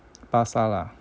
巴刹啦